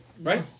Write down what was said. right